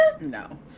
No